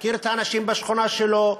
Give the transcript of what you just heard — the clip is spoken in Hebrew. מכיר את האנשים בשכונה שלו,